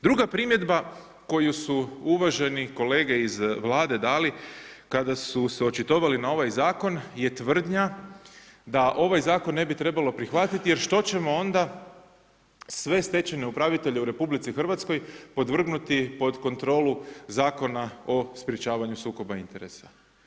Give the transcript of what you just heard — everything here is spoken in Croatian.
Druga primjedba koju su uvaženi kolege iz Vlade dali kada su se očitovali na ovaj zakon je tvrdnja da ovaj zakon ne bi trebalo prihvatiti jer što ćemo onda sve stečajne upravitelje u RH podvrgnuti pod kontrolu zakona o sprečavanju sukoba interesa.